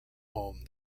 home